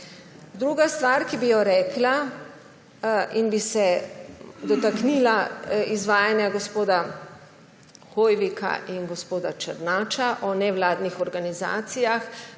Druga stvar, ki bi jo rekla in bi se dotaknila izvajanja gospoda Hoivika in gospoda Černača o nevladnih organizacijah.